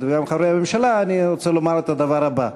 וגם לחברי הממשלה אני רוצה לומר את הדבר הבא: